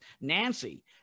Nancy